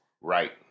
Right